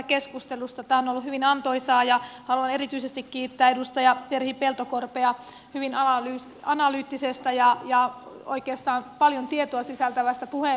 tämä on ollut hyvin antoisaa ja haluan erityisesti kiittää edustaja terhi peltokorpea hyvin analyyttisestä ja oikeastaan paljon tietoa sisältävästä puheenvuorosta